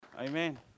Amen